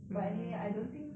but anyway I don't think